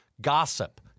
gossip